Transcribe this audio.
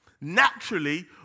naturally